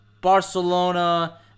Barcelona